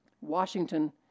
Washington